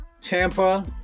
Tampa